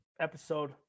episode